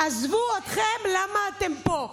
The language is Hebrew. עזבו אתכם, למה אתם פה.